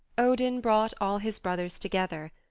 odin brought all his brothers together,